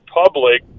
public